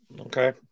Okay